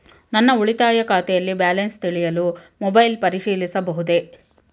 ನನ್ನ ಉಳಿತಾಯ ಖಾತೆಯಲ್ಲಿ ಬ್ಯಾಲೆನ್ಸ ತಿಳಿಯಲು ಮೊಬೈಲ್ ಪರಿಶೀಲಿಸಬಹುದೇ?